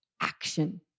action